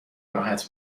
راحت